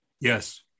yes